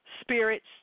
spirits